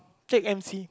take M_C